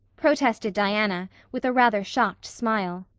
protested diana, with a rather shocked smile.